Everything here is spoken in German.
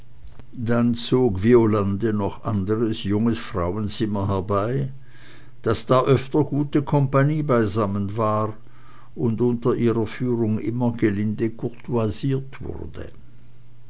dann zog violande noch anderes junges frauenzimmer herbei daß da öfter gute kompanie beisammen war und unter ihrer führung immer gelinde courtoisiert wurde